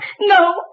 No